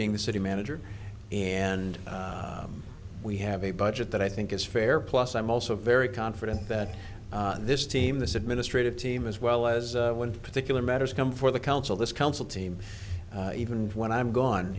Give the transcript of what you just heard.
being the city manager and we have a budget that i think is fair plus i'm also very confident that this team this administrative team as well as one particular matters come for the council this council team even when i'm gone